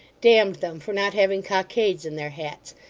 damned them for not having cockades in their hats,